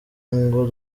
ngo